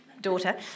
daughter